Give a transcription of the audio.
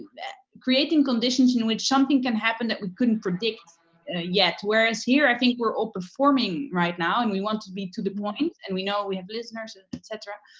creating conditions in which something can happen that we couldn't predict yet. whereas here i think we're all performing right now and we want to be to the point. and we know we have listeners, etc.